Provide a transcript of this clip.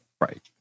right